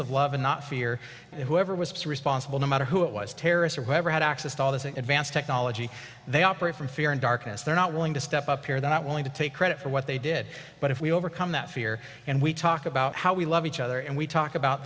of love and not fear whoever was responsible no matter who it was terrorists or whoever had access to all the advanced technology they operate from fear and darkness they're not willing to step up here they're not willing to take credit for what they did but if we overcome that fear and we talk about how we love each other and we talk about